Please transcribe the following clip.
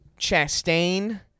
chastain